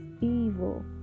evil